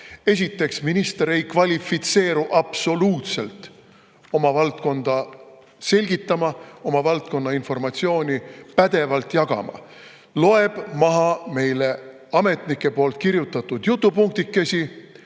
Esiteks, minister ei kvalifitseeru absoluutselt oma valdkonda selgitama, oma valdkonna informatsiooni pädevalt jagama, loeb meile maha ametnike kirjutatud jutupunktikesi